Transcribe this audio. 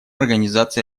организации